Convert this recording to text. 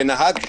ונהג,